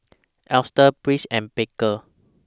Estrella Brice and Baker